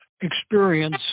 experience